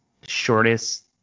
shortest